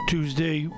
Tuesday